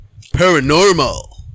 Paranormal